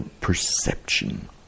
perception